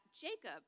Jacob